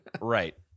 Right